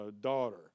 daughter